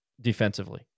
defensively